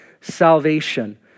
salvation